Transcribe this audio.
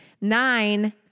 Nine